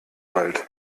wald